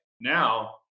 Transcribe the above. Now